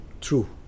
true